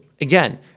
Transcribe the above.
again